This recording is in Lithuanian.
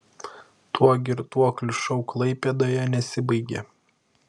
tuo girtuoklių šou klaipėdoje nesibaigė